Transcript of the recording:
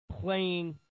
playing